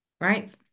right